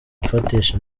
gufatisha